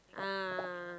ah